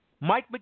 Mike